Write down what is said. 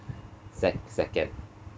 sec~ second